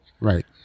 Right